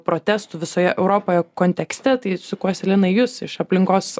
protestų visoje europoje kontekste tai sukuosi į lina jus iš aplinkos